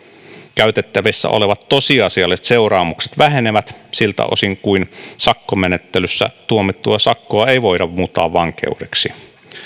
käytettävissä olevat tosiasialliset seuraamukset vähenevät siltä osin kuin sakkomenettelyssä tuomittua sakkoa ei voida muuntaa vankeudeksi